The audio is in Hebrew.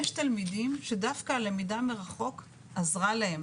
יש תלמידים שדווקא הלמידה מרחוק עזרה להם.